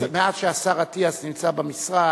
מאז שהשר אטיאס נמצא במשרד,